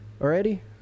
Already